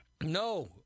No